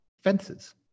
fences